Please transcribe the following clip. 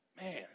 Man